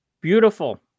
Beautiful